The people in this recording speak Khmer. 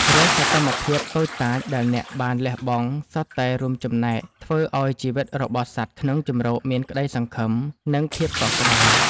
រាល់សកម្មភាពតូចតាចដែលអ្នកបានលះបង់ សុទ្ធតែរួមចំណែកធ្វើឱ្យជីវិតរបស់សត្វក្នុងជម្រកមានក្ដីសង្ឃឹម និងភាពកក់ក្ដៅ។